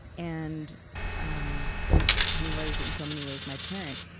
and um he was, in so many ways, my parent.